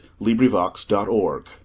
LibriVox.org